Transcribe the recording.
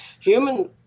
Human